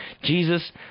Jesus